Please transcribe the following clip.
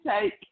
take